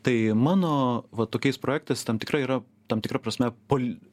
tai mano va tokiais projektais tam tikra yra tam tikra prasme pol